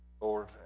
Lord